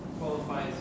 qualifies